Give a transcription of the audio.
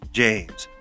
james